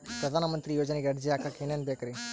ಪ್ರಧಾನಮಂತ್ರಿ ಯೋಜನೆಗೆ ಅರ್ಜಿ ಹಾಕಕ್ ಏನೇನ್ ಬೇಕ್ರಿ?